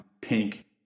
pink